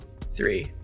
three